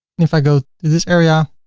if i go to this area,